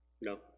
No